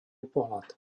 pohľad